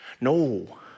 No